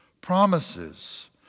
promises